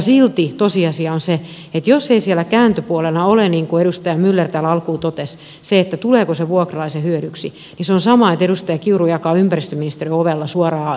silti tosiasia on se että jos ei siellä kääntöpuolena ole niin kuin edustaja myller täällä alkuun totesi se tuleeko se vuokralaisen hyödyksi niin se on sama että edustaja kiuru jakaa ympäristöministerin ovella suoraan hintalappuina rahaa